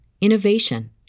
innovation